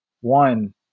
one